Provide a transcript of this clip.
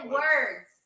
words